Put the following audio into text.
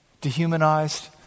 dehumanized